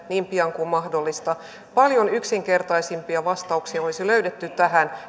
niin pian kuin mahdollista paljon yksinkertaisempia ja paljon tehokkaampia vastauksia olisi löydetty tähän